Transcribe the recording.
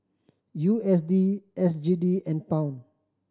U S D S G D and Pound